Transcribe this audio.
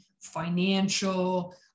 financial